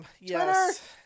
Yes